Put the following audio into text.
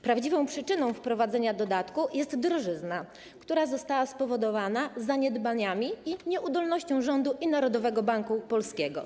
Prawdziwą przyczyną wprowadzenia dodatku jest drożyzna, która została spowodowana zaniedbaniami i nieudolnością rządu i Narodowego Banku Polskiego.